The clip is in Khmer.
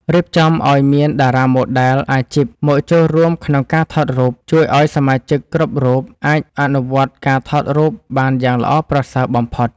រៀបចំឱ្យមានតារាម៉ូដែលអាជីពមកចូលរួមក្នុងការថតរូបជួយឱ្យសមាជិកគ្រប់រូបអាចអនុវត្តការថតរូបមនុស្សបានយ៉ាងល្អប្រសើរបំផុត។